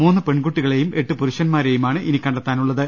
മൂന്ന് പെൺകുട്ടികളെയും എട്ട് പുരുഷൻമാ രെയുമാണ് ഇനി കണ്ടെത്താനുള്ളത്